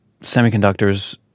semiconductors